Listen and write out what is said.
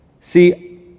See